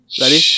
Ready